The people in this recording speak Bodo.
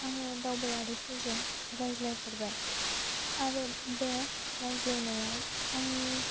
आङो दावबायारिफोरजों रायज्लायफेरबाय आरो बे रायज्लायनायाव आङो